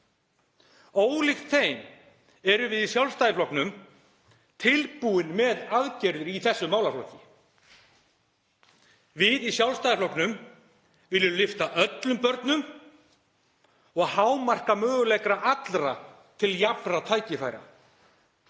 Ólíkt þeim erum við í Sjálfstæðisflokknum tilbúin með aðgerðir í þessum málaflokki. Við í Sjálfstæðisflokknum viljum lyfta öllum börnum og hámarka möguleika allra til jafnra tækifæra.